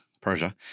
Persia